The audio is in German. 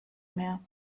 mehr